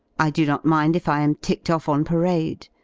i do not mind if i am ticked off on parade,